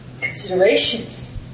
considerations